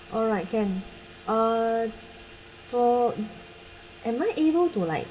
alright can (uh for am I able to like